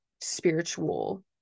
spiritual